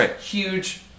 huge